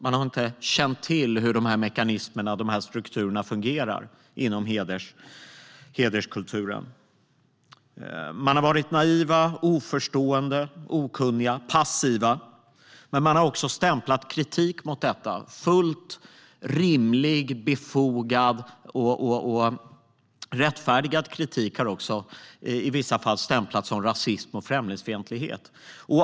Man har inte känt till hur mekanismerna och strukturerna inom hederskulturen fungerar. Man har varit naiv, oförstående, okunnig och passiv. Men man har också i vissa fall stämplat fullt rimlig, befogad och rättmätig kritik mot detta som rasism och främlingsfientlighet.